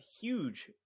huge